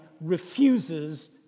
refuses